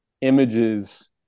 images